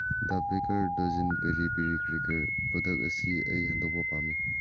ꯗ baker dozen peri peri cracker product ꯑꯁꯤ ꯑꯩ ꯍꯟꯗꯣꯛꯄ ꯄꯥꯝꯃꯤ